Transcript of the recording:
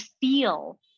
feel